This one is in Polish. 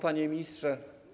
Panie Ministrze!